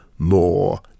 more